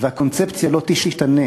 שאם הקונספציה לא תשתנה